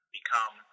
become